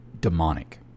demonic